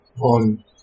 on